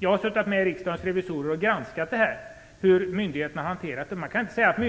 Jag har tillsammans med Riksdagens revisorer granskat hur myndigheterna har hanterat denna fråga.